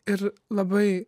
ir labai